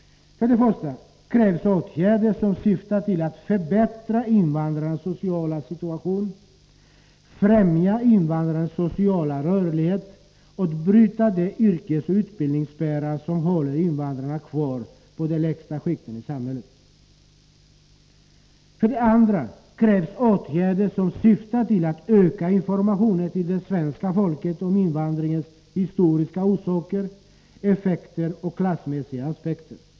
För det första krävs åtgärder som syftar till att förbättra invandrarnas sociala situation, främja invandrarnas sociala rörlighet och bryta de yrkesoch utbildningsspärrar som håller invandrarna kvar i de lägsta skikten i samhället. För det andra krävs åtgärder som syftar till att öka informationen till det svenska folket om invandringens historiska orsaker, effekter och klassmässiga aspekter.